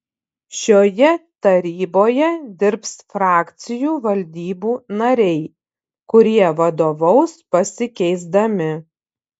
šioje taryboje dirbs frakcijų valdybų nariai kurie vadovaus pasikeisdami